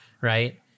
right